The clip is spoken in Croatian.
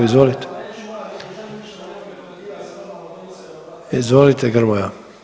Izvolite. … [[Upadica se ne razumije.]] Izvolite Grmoja.